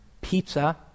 pizza